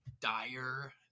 dire